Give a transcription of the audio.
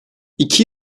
i̇ki